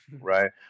Right